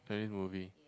Chinese movie